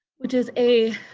which is a